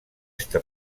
està